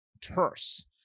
terse